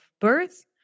birth